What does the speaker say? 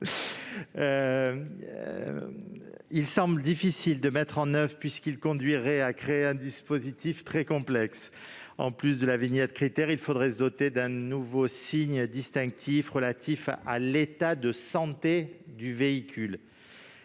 il semble difficile à mettre en oeuvre puisqu'il conduirait à créer un dispositif très complexe : en plus de la vignette Crit'Air, il faudrait se doter d'un nouveau signe distinctif relatif à l'état de santé du véhicule.